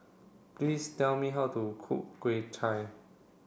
please tell me how to cook Chap Chai